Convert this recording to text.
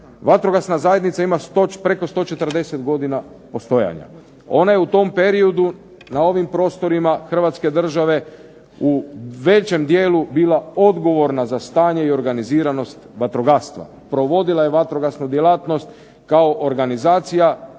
Vatrogasna zajednica ima preko 140 godina postojanja. Ona je u tom periodu na ovim prostorima Hrvatske države u većem dijelu bila odgovorna za stanje i organiziranost vatrogastva, provodila je vatrogasnu djelatnost kao organizacija